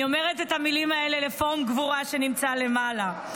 אני אומרת את המילים האלה לפורום גבורה שנמצא למעלה.